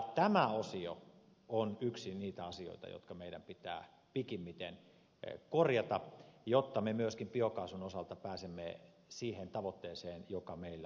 tämä osio on yksi niitä asioita jotka meidän pitää pikimmiten korjata jotta me myöskin biokaasun osalta pääsemme siihen tavoitteeseen joka meillä on